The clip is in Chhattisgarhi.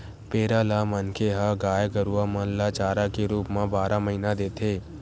पेरा ल मनखे मन ह गाय गरुवा मन ल चारा के रुप म बारह महिना देथे